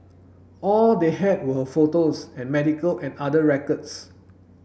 all they had were her photos and medical and other records